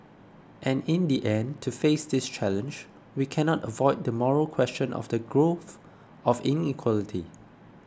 and in the end to face this challenge we cannot avoid the moral question of the growth of inequality